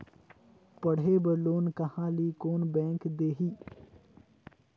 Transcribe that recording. पढ़े बर लोन कहा ली? कोन बैंक देही?